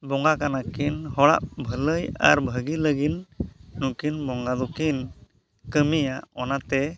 ᱵᱚᱸᱜᱟ ᱠᱟᱱᱟ ᱠᱤᱱ ᱦᱚᱲᱟᱜ ᱵᱷᱟᱹᱞᱟᱹᱭ ᱟᱨ ᱵᱷᱟᱹᱜᱤ ᱞᱟᱹᱜᱤᱫ ᱱᱩᱠᱤᱱ ᱵᱚᱸᱜᱟ ᱫᱚᱠᱤᱱ ᱠᱟᱹᱢᱤᱭᱟ ᱚᱱᱟᱛᱮ